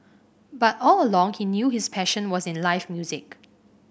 but all along he knew his passion was in live music